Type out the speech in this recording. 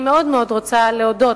אני מאוד מאוד רוצה להודות,